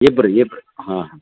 ಇಬ್ರು ಇಬ್ರು ಹಾಂ